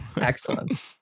Excellent